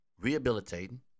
rehabilitating